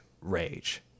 rage